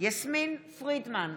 יסמין פרידמן,